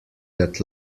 that